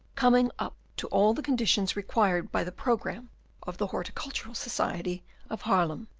coming up to all the conditions required by the programme of the horticultural society of haarlem.